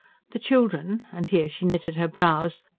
the children. and here she knitted her brows.